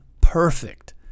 perfect